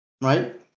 right